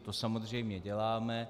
To samozřejmě děláme.